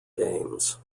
games